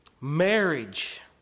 Marriage